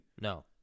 No